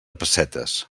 pessetes